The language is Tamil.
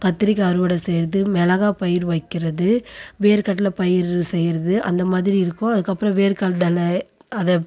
கத்திரிக்காய் அறுவடை செய்யிறது மிளகா பயிர் வைக்கிறது வேர்க்கடலை பயிர் செய்கிறது அந்த மாதிரி இருக்கும் அதுக்கப்புறம் வேர்க்கடலை அதை